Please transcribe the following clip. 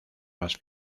más